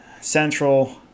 Central